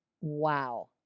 wow